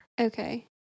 Okay